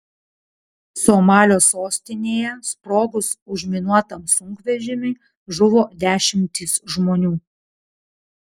somalio sostinėje sprogus užminuotam sunkvežimiui žuvo dešimtys žmonių